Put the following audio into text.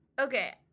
Okay